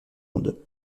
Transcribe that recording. monde